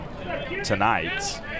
tonight